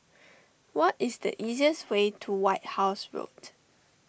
what is the easiest way to White House Road